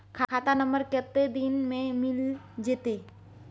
खाता नंबर कत्ते दिन मे मिल जेतै?